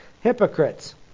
Hypocrites